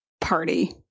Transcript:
party